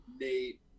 Nate